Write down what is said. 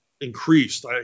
Increased